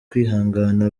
kwihangana